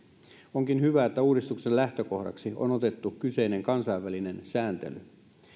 onkin hyvä että uudistuksen lähtökohdaksi on otettu kyseinen kansainvälinen sääntely